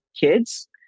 kids